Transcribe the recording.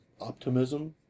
optimism